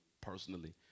personally